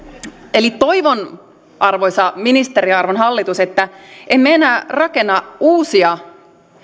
eli toivon arvoisa ministeri ja arvon hallitus että emme enää rakenna uusia